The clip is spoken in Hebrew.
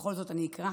ובכל זאת אני אקרא.